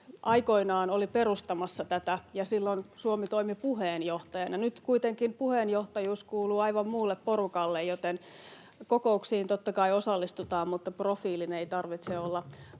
aikoinaan oli perustamassa tätä ja silloin Suomi toimi puheenjohtajana. Nyt kuitenkin puheenjohtajuus kuuluu aivan muulle porukalle, joten kokouksiin totta kai osallistutaan, mutta profiilin ei tarvitse olla